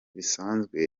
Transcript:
bisanzwe